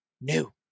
new